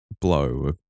blow